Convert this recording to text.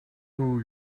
who